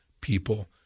people